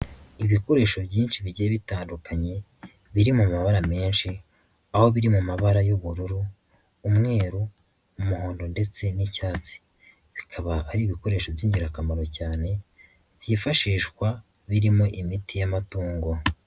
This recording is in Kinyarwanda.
Ibikoresho byinshi bigiye bitandukanye biri mu mabara menshi, aho biri mu mabara y'ubururu, umweru, umuhondo ndetse n'icyatsi, bikaba ari ibikoresho by'ingirakamaro cyane, byifashishwa birimo imiti y'amatungo.